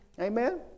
Amen